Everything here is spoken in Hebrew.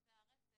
בקצה הרצף,